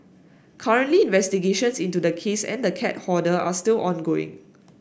currently investigations into the case and the cat hoarder are still ongoing